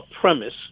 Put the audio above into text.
premise